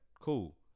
cool